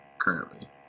currently